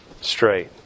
straight